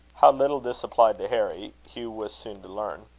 how little this applied to harry, hugh was soon to learn.